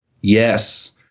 yes